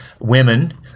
women